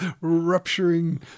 rupturing